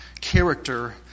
character